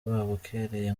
babukereye